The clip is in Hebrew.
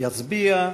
יצביע.